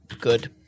good